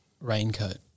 raincoat